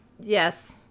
yes